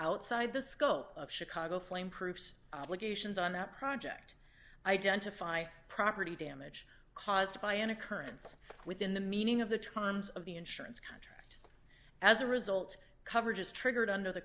outside the scope of chicago flame proofs obligations on that project identify property damage caused by an occurrence within the meaning of the charms of the insurance contract as a result coverage is triggered under the